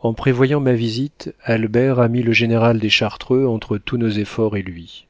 en prévoyant ma visite albert a mis le général des chartreux entre tous mes efforts et lui